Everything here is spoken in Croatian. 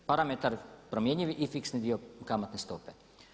Parametar promjenjiv i fiksni dio kamatne stope.